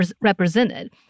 represented